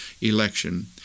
election